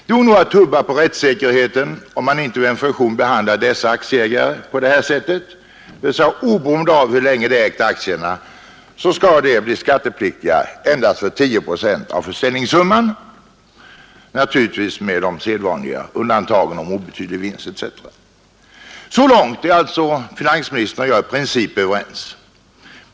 Det vore nog att tubba på rättssäkerheten, om man icke vid en fusion behandlar dessa aktieägare på detta sätt, dvs. oberoende av hur länge de ägt aktierna skall de bli skattepliktiga endast för 10 procent av försäljningssumman, naturligtvis med de sedvanliga undantagen om obetydlig vinst etc. Så långt är alltså finansministern och jag i princip överens.